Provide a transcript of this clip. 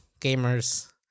gamers